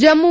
Jammu